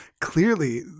Clearly